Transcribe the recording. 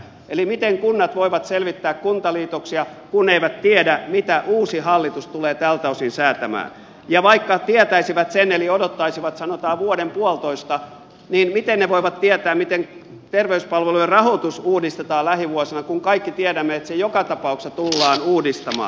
eli miten kunnat voivat selvittää kuntaliitoksia kun ne eivät tiedä mitä uusi hallitus tulee tältä osin säätämään ja vaikka tietäisivät sen eli odottaisivat sanotaan vuoden puolitoista niin miten ne voivat tietää miten terveyspalveluiden rahoitus uudistetaan lähivuosina kun kaikki tiedämme että se joka tapauksessa tullaan uudistamaan